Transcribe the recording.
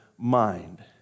mind